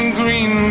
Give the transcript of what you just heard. green